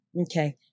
Okay